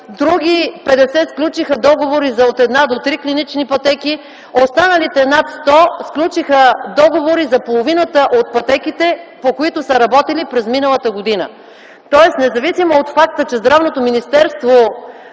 – сключиха договори от една до три клинични пътеки, останалите, над сто – сключиха договори за половината от пътеките, по които са работели през миналата година. Тоест независимо от факта, че Здравното министерство